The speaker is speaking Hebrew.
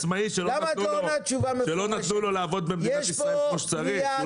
עצמאי שלא נתנו לו לעבוד במדינת ישראל כמו שצריך,